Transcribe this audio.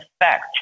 effect